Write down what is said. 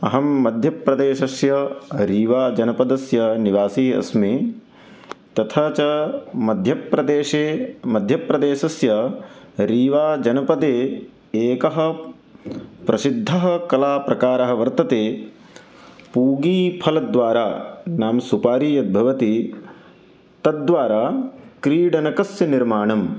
अहं मध्यप्रदेशस्य रीवाजनपदस्य निवासी अस्मि तथा च मध्यप्रदेशे मध्यप्रदेशस्य रीवाजनपदे एकः प्रसिद्धः कलाप्रकारः वर्तते पूगीफलद्वारा नाम सुपारि यद्भवति तद्वारा क्रीडनकस्य निर्माणं